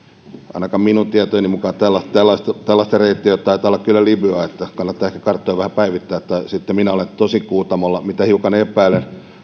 ainakin minun tietojeni mukaan tällainen reitti taitaa kyllä olla libyaan kannattaa ehkä karttoja vähän päivittää tai sitten minä olen tosi kuutamolla mitä hiukan epäilen